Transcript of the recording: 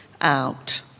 out